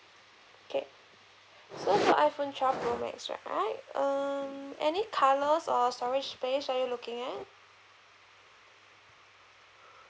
K so for iphone twelve pro max right um any colours or storage space are you looking at